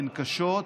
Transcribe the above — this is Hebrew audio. הן קשות,